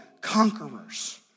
conquerors